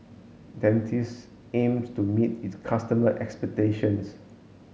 Dentiste aims to meet its customer expectations